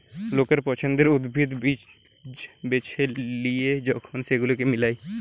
লোকের পছন্দের উদ্ভিদ, বীজ বেছে লিয়ে যখন সেগুলোকে মিলায়